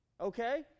Okay